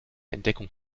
entdeckung